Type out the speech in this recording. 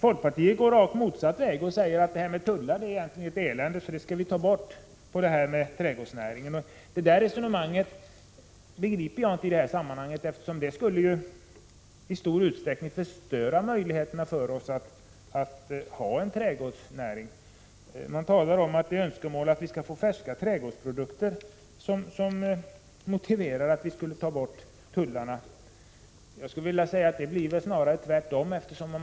Folkpartiet går rakt motsatt väg och säger att tullar på trädgårdsnäringens produkter egentligen är ett elände och något som borde tas bort. Det resonemanget begriper jag inte. Att ta bort tullarna innebär att vi förstör våra möjligheter att ha en trädgårdsnäring. Folkpartiet talar om att konsumenternas önskemål om färska trädgårdsprodukter motiverar att tullarna tas bort. Jag tror snarare att det skulle bli tvärtom.